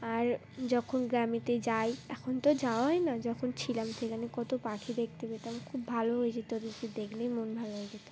আর যখন গ্রামেতে যাই এখন তো যাওয়াই না যখন ছিলাম সেখানে কত পাখি দেখতে পেতাম খুব ভালো হয়ে যেত ওদেরকে দেখলেই মন ভালো হয়ে যেত